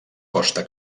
costa